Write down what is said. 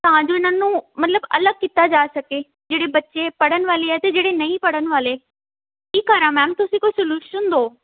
ਤਾਂ ਜੋ ਇਹਨਾਂ ਨੂੰ ਮਤਲਬ ਅਲੱਗ ਕੀਤਾ ਜਾ ਸਕੇ ਜਿਹੜੇ ਬੱਚੇ ਪੜ੍ਹਨ ਵਾਲੇ ਆ ਅਤੇ ਜਿਹੜੇ ਨਹੀਂ ਪੜ੍ਹਨ ਵਾਲੇ ਕੀ ਕਰਾਂ ਮੈਮ ਤੁਸੀਂ ਕੋਈ ਸਲਿਊਸ਼ਨ ਦਿਉ